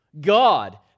God